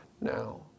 now